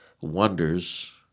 wonders